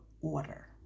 order